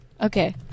Okay